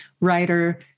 writer